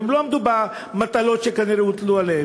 והם לא עמדו במטלות שכנראה הוטלו עליהם.